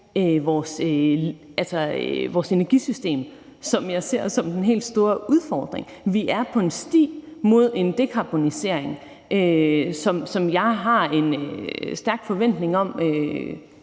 vores energisystem, som jeg ser som den helt store udfordring. Vi er på en sti mod en dekarbonisering, som jeg har en stærk forventning om